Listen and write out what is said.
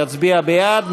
יצביע בעד.